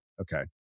Okay